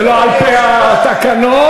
זה לא על-פי התקנון,